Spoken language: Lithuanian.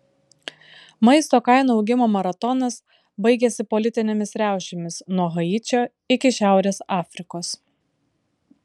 maisto kainų augimo maratonas baigėsi politinėmis riaušėmis nuo haičio iki šiaurės afrikos